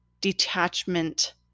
detachment